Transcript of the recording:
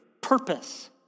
purpose